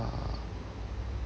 uh